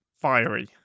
fiery